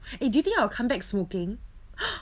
eh do you think I'll come back smoking